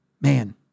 man